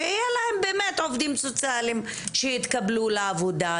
שיהיה להם באמת עובדים סוציאליים שיתקבלו לעבודה,